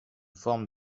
forme